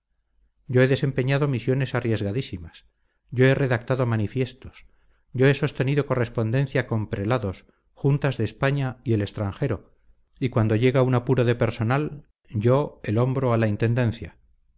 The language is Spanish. yo he desempeñado misiones arriesgadísimas yo he redactado manifiestos yo he sostenido correspondencia con prelados juntas de españa y el extranjero y cuando llega un apuro de personal yo el hombro a la intendencia